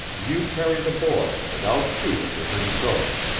you carry the boy and i'll shoot if there's any trouble.